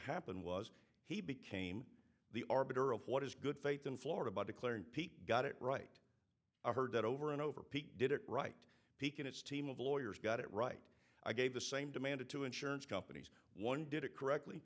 happen was he became the arbiter of what is good faith in florida by declaring pete got it right i heard that over and over pete did it right he can it's team of lawyers got it right i gave the same demanded to insurance companies one did it correctly